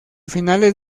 finales